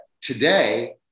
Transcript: today